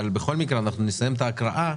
אבל בכל מקרה, אנחנו נסיים את ההקראה.